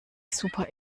super